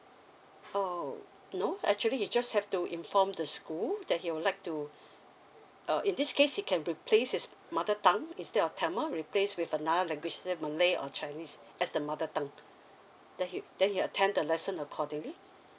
uh no actually you just have to inform the school that he would like to uh in this case he can replace his mother tongue instead of tamil replace with another language is it malay or chinese as the mother tongue then he then he attend the lesson accordingly